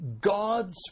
God's